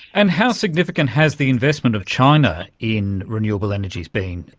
and how significant has the investment of china in renewable energies been,